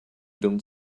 don’t